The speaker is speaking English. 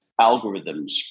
algorithms